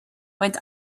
went